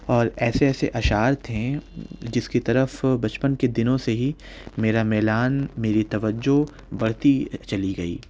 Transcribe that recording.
اور ایسے ایسے اشعار تھے جس کی طرف بچپن کے دنوں سے ہی میرا میلان میری توجہ بڑھتی چلی گئی